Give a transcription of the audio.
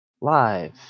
live